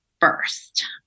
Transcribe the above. first